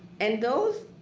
and those.